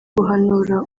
guhanura